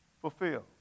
fulfill